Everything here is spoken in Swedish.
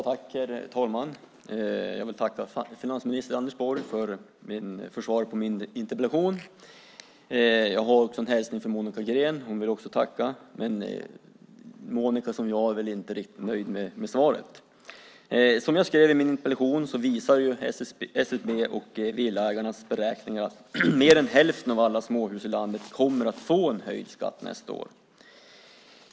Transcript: Herr talman! Jag tackar finansminister Anders Borg för svaret på min interpellation. Monica Green hälsar också och tackar, men hon liksom jag är inte riktigt nöjd med svaret. SCB och Villaägarnas beräkningar visar att mer än hälften av alla småhusägare i landet kommer att få höjd skatt nästa år.